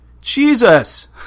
Jesus